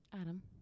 Adam